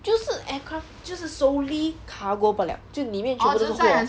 就是 aircraft 就是 solely cargo 罢了就里面全都是货